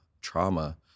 trauma